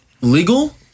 legal